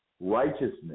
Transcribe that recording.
righteousness